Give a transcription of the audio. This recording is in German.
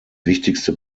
wichtigste